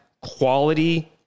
quality